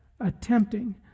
attempting